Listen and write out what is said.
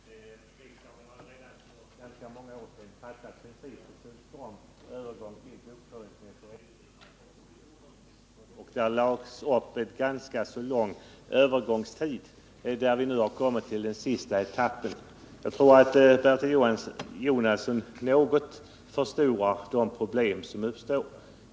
Herr talman! Riksdagen har redan för ganska många år sedan fattat principbeslut om övergång till bokföringsmässig redovisning av inkomst av jordbruk, och det lades upp en ganska lång övergångstid där vi nu har kommit till den sista etappen. Jag tror att Bertil Jonasson något förstorar de problem som kan uppstå.